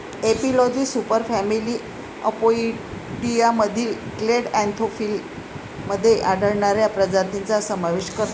एपिलॉजी सुपरफॅमिली अपोइडियामधील clade Anthophila मध्ये आढळणाऱ्या प्रजातींचा समावेश करते